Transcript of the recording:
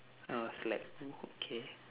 then I was like oh okay